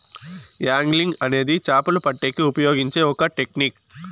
angling అనేది చాపలు పట్టేకి ఉపయోగించే ఒక టెక్నిక్